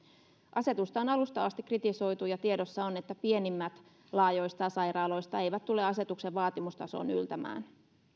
asetusta on alusta asti kritisoitu ja tiedossa on että pienimmät laajoista sairaaloista eivät tule asetuksen vaatimustasoon yltämään